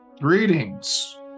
Greetings